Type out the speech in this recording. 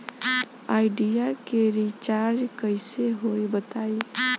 Idea के recharge कइसे होई बताईं?